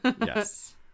Yes